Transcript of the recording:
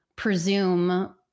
presume